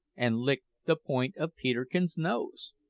and licked the point of peterkin's nose!